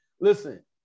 Listen